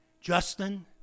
Justin